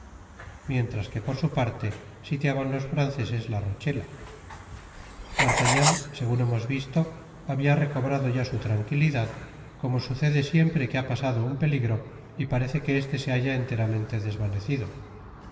mientras que por su parte sitiaban los franceses la rochela d'artagnan segun hemos dicho habia recobrado ya su tranquilidad como sucede siempre que ha pasado un peligro y parece que este se halla enteramente desvanecido